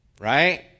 right